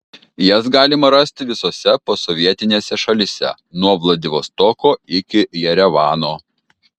jas galima rasti visose posovietinėse šalyse nuo vladivostoko iki jerevano